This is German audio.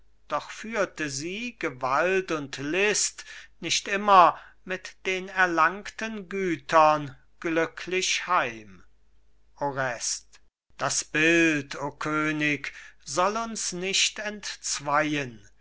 doch führte sie gewalt und list nicht immer mit den erlangten gütern glücklich heim orest das bild o könig soll uns nicht entzweien